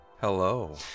Hello